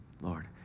Lord